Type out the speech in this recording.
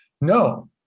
No